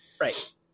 right